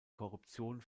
korruption